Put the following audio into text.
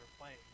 playing